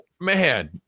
man